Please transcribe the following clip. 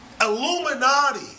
Illuminati